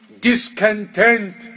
discontent